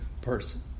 person